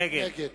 נגד